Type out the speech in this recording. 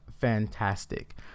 fantastic